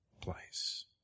place